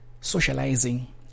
Socializing